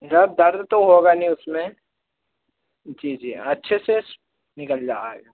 जा दर्द तो होगा नहीं उसमें जी जी अच्छे से निकल जाएगा